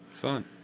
fun